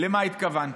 למה התכוונתי.